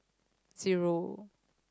zero